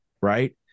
right